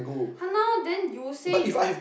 !huh! no then you say you